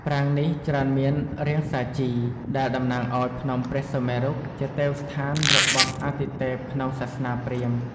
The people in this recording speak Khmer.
ប្រាង្គនេះច្រើនមានរាងសាជី ដែលតំណាងឱ្យភ្នំព្រះសុមេរុ ជាទេវស្ថានរបស់អាទិទេពក្នុងសាសនាព្រាហ្មណ៍។